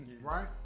right